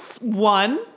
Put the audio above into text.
one